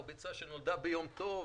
או ביצה שנולדה ביום טוב וכולי.